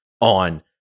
on